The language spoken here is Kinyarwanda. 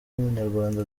w’umunyarwanda